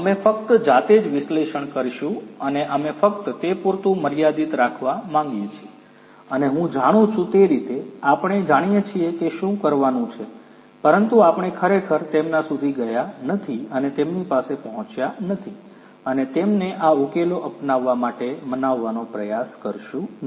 અમે ફક્ત જાતે જ વિશ્લેષણ કરીશું અને અમે ફક્ત તે પૂરતું મર્યાદિત રાખવા માંગીએ છીએ અને હું જાણું છું તે રીતે આપણે જાણીએ છીએ કે શું કરવાનું છે પરંતુ આપણે ખરેખર તેમના સુધી ગયા નથી અને તેમની પાસે પહોંચ્યા નથી અને તેમને આ ઉકેલો અપનાવવા માટે મનાવવાનો પ્રયાસ કરીશું નહિ